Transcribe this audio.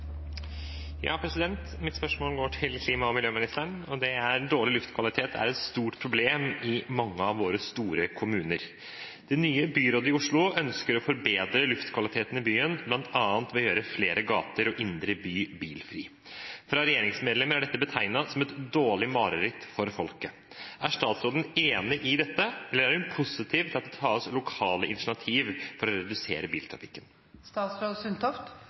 Mitt spørsmål går til klima- og miljøministeren: «Dårlig luftkvalitet er et stort problem i mange av våre store kommuner. Det nye byrådet i Oslo ønsker å forbedre luftkvaliteten bl.a. ved å gjøre flere gater og indre by bilfri. Fra regjeringsmedlemmer er dette betegnet som et «dårlig mareritt» for folket. Er statsråden enig i dette, eller er hun positiv til lokale initiativ for å redusere